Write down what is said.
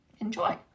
enjoy